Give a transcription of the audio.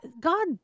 god